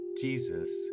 Jesus